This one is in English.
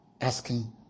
Asking